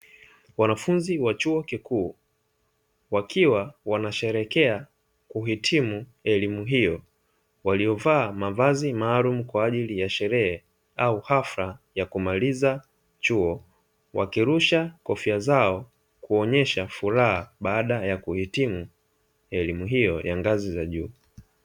Wanafunzi wa chuo kikuu wakiwa wanasherekea kuhitimu elimu hiyo, waliovaa mavazi maalumu kwa ajili ya sherehe au hafla ya kumaliza elimu chuo; wakirusha kofia zao kuonesha furaha baada ya kuhitimu elimu hiyo ya ngazi za juu.